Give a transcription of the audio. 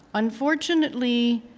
unfortunately,